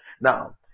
Now